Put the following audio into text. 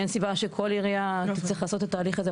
אין סיבה שכל עירייה תצטרך לעשות את התהליך הזה.